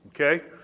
Okay